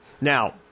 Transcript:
Now